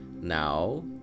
Now